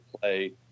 play